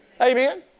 Amen